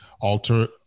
alter